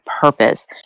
purpose